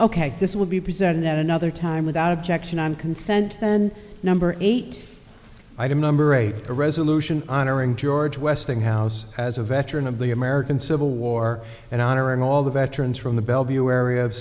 ok this will be presented at another time without objection and consent then number eight item number eight a resolution honoring george westinghouse as a veteran of the american civil war and honoring all the veterans from the bellevue area of